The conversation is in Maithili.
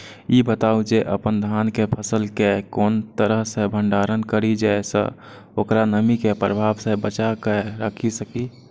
ई बताऊ जे अपन धान के फसल केय कोन तरह सं भंडारण करि जेय सं ओकरा नमी के प्रभाव सं बचा कय राखि सकी?